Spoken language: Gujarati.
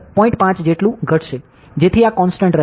5 જેટલું ઘટશે જેથી આ કોંસ્ટંટ રહે